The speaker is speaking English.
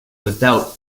without